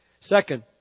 Second